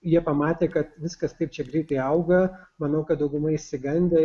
jie pamatė kad viskas taip čia greitai auga manau kad dauguma išsigandę